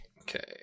Okay